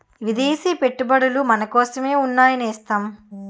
విదేశీ పెట్టుబడులు మనకోసమే ఉన్నాయి నేస్తం